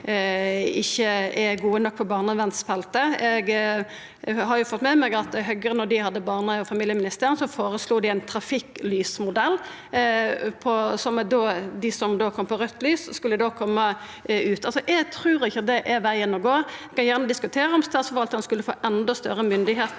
ikkje er gode nok på barnevernsfeltet. Eg har fått med meg at då Høgre hadde barne- og familieministeren, føreslo dei ein trafikklysmodell, der dei som fekk raudt lys, skulle koma ut. Eg trur ikkje det er vegen å gå. Eg kan gjerne diskutera om statsforvaltarane skal få endå større myndigheit,